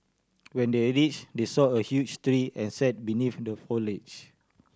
when they reach they saw a huge tree and sat beneath the foliage